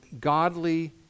godly